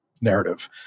narrative